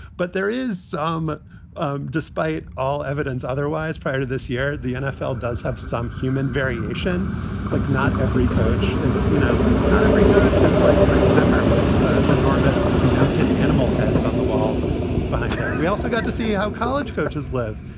but there is um despite all evidence otherwise, prior to this year the nfl does have some human variation like not every coach, as you know, not every coach is like mike zimmer with ah enormous mounted animal heads on the wall behind him. we also got to see how college coaches live.